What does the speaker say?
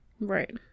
right